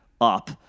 up